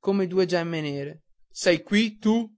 come due gemme nere sei qui tu